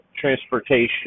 transportation